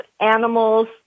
animals